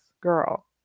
girl